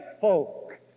folk